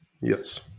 yes